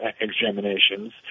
examinations